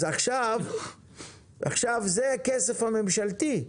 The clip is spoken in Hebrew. אז עכשיו זה הכסף הממשלתי.